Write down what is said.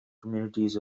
communities